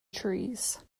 trees